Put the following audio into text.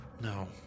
No